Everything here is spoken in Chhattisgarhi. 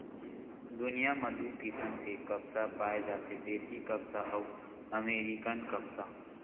दुनिया म दू किसम के कपसा पाए जाथे देसी कपसा अउ अमेरिकन कपसा